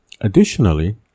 additionally